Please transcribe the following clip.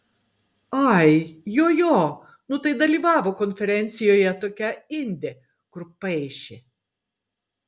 ai jo jo nu tai dalyvavo konferencijoje tokia indė kur paišė